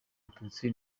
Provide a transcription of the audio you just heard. abatutsi